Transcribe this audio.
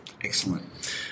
Excellent